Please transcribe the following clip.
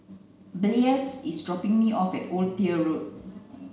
Blaise is dropping me off at Old Pier Road